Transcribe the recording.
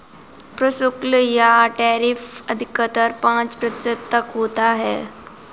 प्रशुल्क यानी टैरिफ अधिकतर पांच प्रतिशत तक होता है